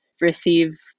receive